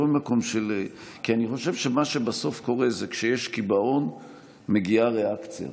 אני חושב שמה שבסוף קורה זה שכשיש קיבעון מגיעה ריאקציה.